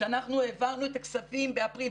כשאנחנו העברנו את הכספים באפריל,